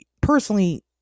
personally